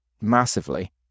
massively